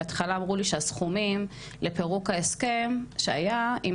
בהתחלה אמרו לי שהסכומים לפירוק ההסכם שהיה עם